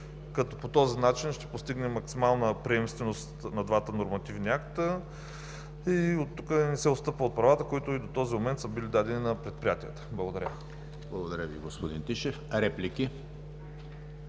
като по този начин ще постигнем максимална приемственост на двата нормативни акта и от тук – не се отстъпва от правата, които и до този момент са били дадени на предприятията. Благодаря. ПРЕДСЕДАТЕЛ ЕМИЛ ХРИСТОВ: Благодаря Ви, господин Тишев. Реплики?